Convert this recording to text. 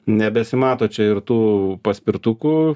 nebesimato čia ir tų paspirtukų